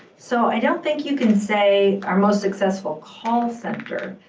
so, i don't think you can say our most successful call center,